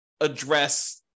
address